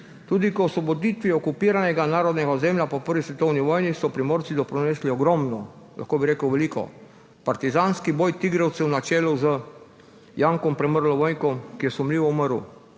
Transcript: Tudi k osvoboditvi okupiranega narodnega ozemlja po prvi svetovni vojni so Primorci doprinesli ogromno, lahko bi rekel veliko. Partizanski boj tigrovcev na čelu z Jankom Premrlom - Vojkom, ki je sumljivo umrl,